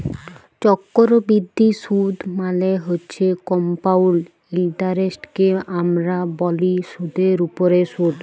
চক্করবিদ্ধি সুদ মালে হছে কমপাউল্ড ইলটারেস্টকে আমরা ব্যলি সুদের উপরে সুদ